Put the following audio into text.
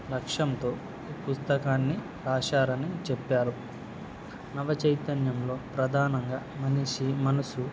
లక్ష్యంతో పుస్తకాన్ని రాశారని చెప్పారు నవ చైతన్యంలో ప్రధానంగా మనిషి మనసు